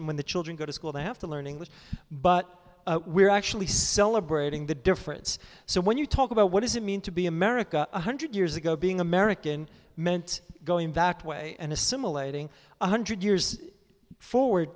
and when the children go to school they have to learn english but we're actually celebrating the difference so when you talk about what does it mean to be america one hundred years ago being american meant going back way and assimilating one hundred years forward